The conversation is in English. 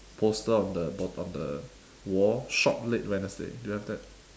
poster on the bot~ on the wall shop late wednesday do you have that